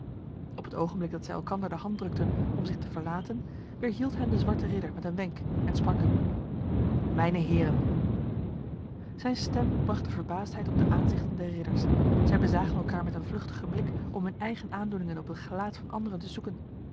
op het ogenblik dat zij elkander de hand drukten om zich te verlaten weerhield hen de zwarte ridder met een wenk en sprak mijne heren zijn stem bracht de verbaasdheid op de aanzichten der ridders zij bezagen elkaar met een vluchtige blik om hun eigen aandoeningen op het gelaat van anderen te zoeken